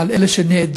לגבי אלה שנעדרו,